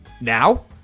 Now